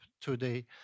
today